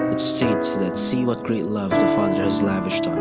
it's states that, see what great love the father has lavished on